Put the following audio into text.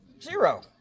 zero